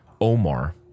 Omar